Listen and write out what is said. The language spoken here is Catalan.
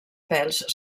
pèls